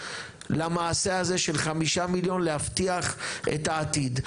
למעשה הזה של 5 מיליון להבטיח את העתיד.